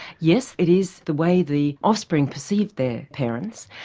yes, it is the way the offspring perceive their parents.